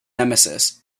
nemesis